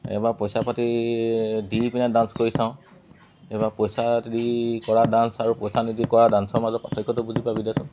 এইবাৰ পইচা পাতি দি পিনে ডান্স কৰি চাওঁ এইবাৰ পইচা দি কৰা ডান্স আৰু পইচা নিদি কৰা ডান্সৰ মাজত পাৰ্থক্যটো বুজি পাবি দেচোন